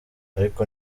ariko